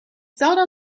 zelda